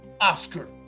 Oscar